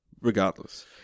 Regardless